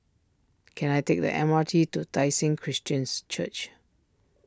can I take the M R T to Tai Seng Christians Church